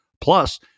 plus